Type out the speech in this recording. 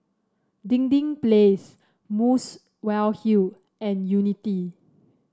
Dinding Place Muswell Hill and Unity